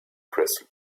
crystal